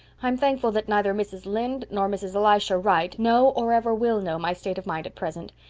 i'm thankful that neither mrs. lynde nor mrs. elisha wright know, or ever will know, my state of mind at present.